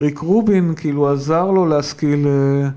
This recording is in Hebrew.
ריק רובין כאילו עזר לו להשכיל אה..